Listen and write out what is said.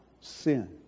sin